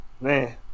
Man